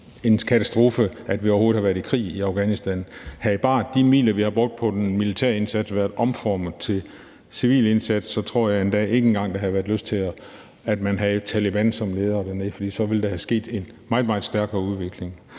en katastrofe, at vi overhovedet har været i krig i Afghanistan. Havde bare de midler, vi har brugt på den militære indsats, været omformet til en civil indsats, tror jeg endda ikke engang, der havde været lyst til, at man havde Taleban som ledere dernede, for så ville der være sket en meget, meget stærkere udvikling.